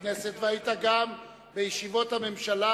הכנסת וגם בישיבות הממשלה.